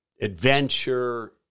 adventure